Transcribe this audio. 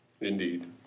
Indeed